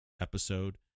episode